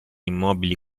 immobili